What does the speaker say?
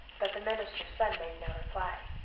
but the minister's son made no reply.